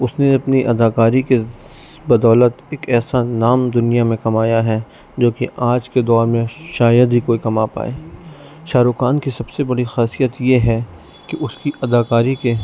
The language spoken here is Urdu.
اس نے اپنی اداکاری کے بدولت ایک ایسا نام دنیا میں کمایا ہے جوکہ آج کے دور میں شاید ہی کوئی کما پائے شاہ رخ خان کی سب سے بڑی خاصیت یہ ہے کہ اس کی اداکاری کے